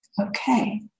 Okay